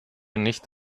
nicht